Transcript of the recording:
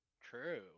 True